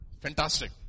Fantastic